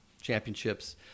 championships